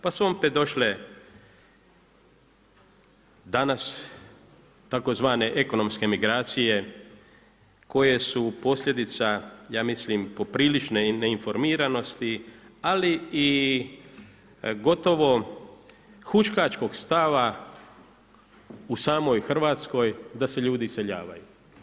Pa su opet došle danas tzv. ekonomske migracije koje su posljedica ja mislim poprilične neinformiranosti ali i gotovo huškačkog stava u samoj Hrvatskoj da se ljudi iseljavaju.